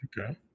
Okay